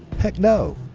heck no!